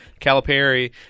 Calipari